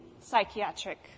psychiatric